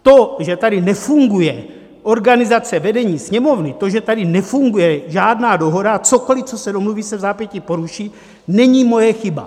To, že tady nefunguje organizace vedení Sněmovny, to, že tady nefunguje žádná dohoda a cokoli, co se domluví, se vzápětí poruší, není moje chyba.